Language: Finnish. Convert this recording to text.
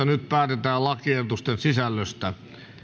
nyt päätetään lakiehdotuksen sisällöstä